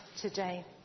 today